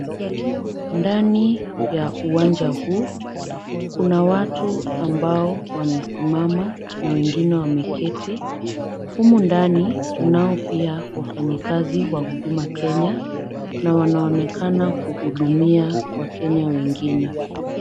Ndani ya uwanja huu, kuna watu ambao wamesimama na wengine wameketi. Humo ndani tunao pia wafanyikazi wa Huduma Kenya na wanaonekana kuhudumia wakenya wengine.